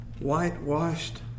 whitewashed